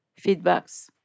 feedbacks